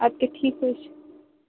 ادٕ کیاہ ٹھیک حظ چھُ